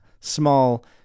small